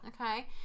Okay